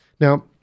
Now